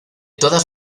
todas